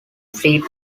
fleet